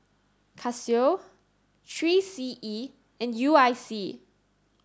Casio three C E and U I C